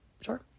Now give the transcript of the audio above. Sure